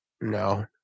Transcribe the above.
No